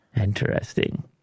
Interesting